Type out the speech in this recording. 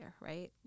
right